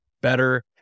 better